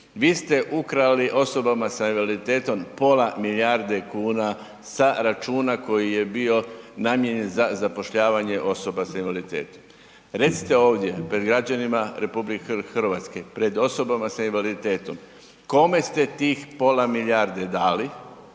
Vi ste ukrali osobama sa invaliditetom pola milijarde kuna sa računa koji je bio namijenjen za zapošljavanje osoba sa invaliditetom. Recite ovdje pred građanima RH, pred osobama sa invaliditetom kome ste tih pola milijarde dali